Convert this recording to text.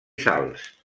salts